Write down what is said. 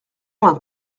vingt